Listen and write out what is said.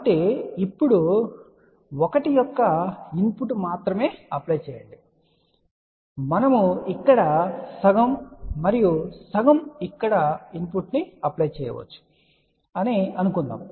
కాబట్టి ఇప్పుడు 1 యొక్క ఇన్పుట్ మాత్రమే అప్లై చేయండి మనము ఇక్కడ సగం మరియు సగం ఇక్కడ ఇన్పుట్ను అప్లై చేయవచ్చు అని అనుకుందాం